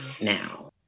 now